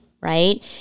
right